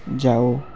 जाओ